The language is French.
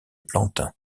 plantin